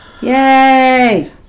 Yay